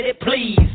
Please